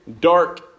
dark